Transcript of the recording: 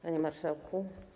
Panie Marszałku!